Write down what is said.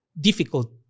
difficult